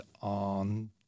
on